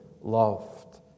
loved